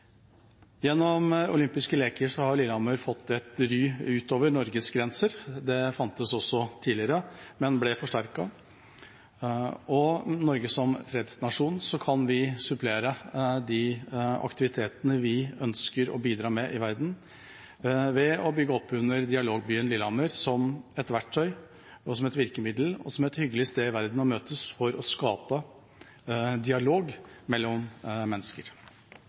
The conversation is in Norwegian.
Gjennom olympiske leker har Lillehammer fått et ry utover Norges grenser. Det fantes også tidligere, men ble forsterket. Norge som fredsnasjon kan supplere de aktivitetene vi ønsker å bidra med i verden, ved å bygge opp under Dialogbyen Lillehammer som et verktøy og som et virkemiddel og som et hyggelig sted i verden å møtes for å skape dialog mellom mennesker.